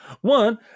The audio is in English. one